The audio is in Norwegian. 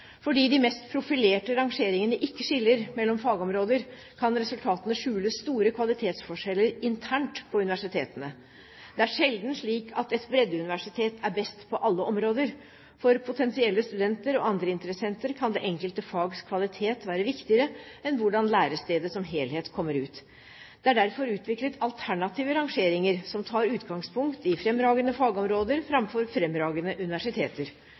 Fordi de mest profilerte rangeringene ikke skiller mellom fagområder, kan resultatene skjule store kvalitetsforskjeller internt på universitetene. Det er sjelden slik at et breddeuniversitet er best på alle områder. For potensielle studenter og andre interessenter kan det enkelte fags kvalitet være viktigere enn hvordan lærestedet som helhet kommer ut. Det er derfor utviklet alternative rangeringer som tar utgangspunkt i fremragende fagområder framfor fremragende universiteter.